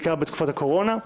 בעיקר בתקופת הקורונה.